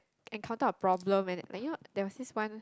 encounter a problem and like you know there was this one